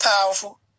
powerful